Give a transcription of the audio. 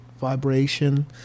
vibration